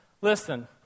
Listen